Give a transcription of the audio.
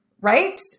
Right